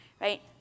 right